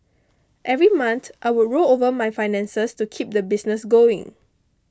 every month I would roll over my finances to keep the business going